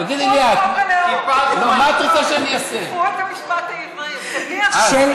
תיקחו את המשפט העברי, תניח לנו.